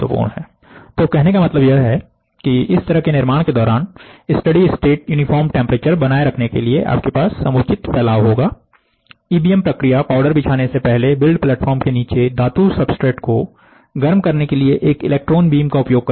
तो कहने का मतलब यह है कि इस तरह निर्माण के दौरान स्टडी स्टेट यूनिफार्म टेम्परेचर बनाए रखने के लिए आपके पास समुचित फैलाव होगा इबीएम प्रक्रिया पाउडर बिछाने से पहले बिल्ड प्लेटफॉर्म के नीचे धातु सब्सट्रेट को गर्म करने के लिए एक इलेक्ट्रॉन बीम का उपयोग करती है